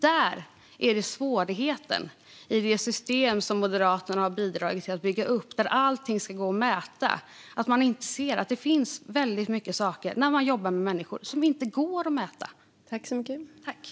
Det är svårigheten i det system som Moderaterna har bidragit till att bygga upp, där allting ska gå att mäta: De ser inte att det finns väldigt många saker som inte går att mäta när man jobbar med människor.